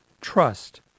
trust